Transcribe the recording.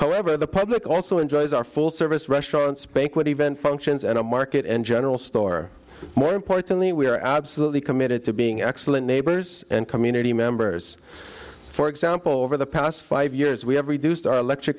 however the public also enjoys our full service restaurants banquet event functions and a market and general store more importantly we are absolutely committed to being excellent neighbors and community members for example over the past five years we have reduced our electric